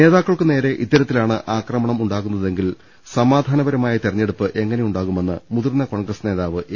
നേതാക്കൾക്കു നേരെ ഇത്തരത്തിലാണ് ആക്രമണമുണ്ടാകുന്നതെങ്കിൽ സമാധാനപരമായ തെരഞ്ഞെടുപ്പ് എങ്ങനെയുണ്ടാകുമെന്ന് മുതിർന്ന കോൺഗ്രസ് നേതാവ് എ